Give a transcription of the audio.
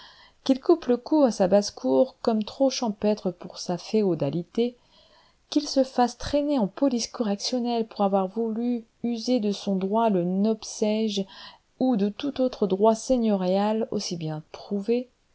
qu'il coupe le cou à sa basse-cour comme trop champêtre pour sa féodalité qu'il se fasse traîner en police correctionnelle pour avoir voulu user de son droit de nopçage ou de tout autre droit seigneurial aussi bien prouvé